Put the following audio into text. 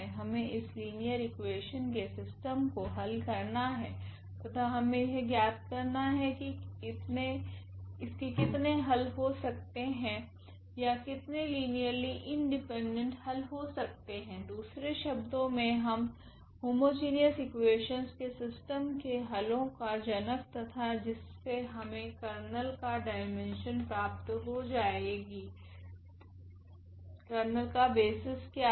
हमे इस linear equations के सिस्टम को हल करना है तथा हमे यह ज्ञात करना है की इसके कितने हल हो सकते है या कितने लीनियरली इंडिपेंडेंट हल हो सकते है दूसरे शब्दो मे हम होमोजीनियस इकुवेशनस के सिस्टम के हलो का जनक तथा जिससे हमे कर्नेल का डाईमेन्शन प्राप्त हो जाएगी है कर्नेल का बेसिस क्या है